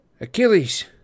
Achilles